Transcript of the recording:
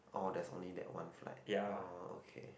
oh there's only that one flight oh okay